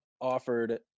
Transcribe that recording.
offered